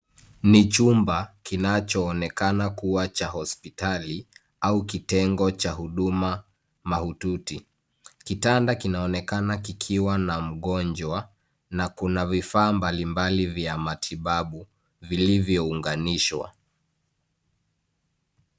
Ni chumba kinachoonekana kuwa cha hospitali au kitengo cha huduma mahututi. Kitanda kinaonekana kikiwa na mgonjwa na kuna vifaa mbalimbali vya matibabu. Vilivyounganishwa.